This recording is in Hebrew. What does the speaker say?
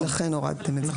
לכן הורדנו את זה.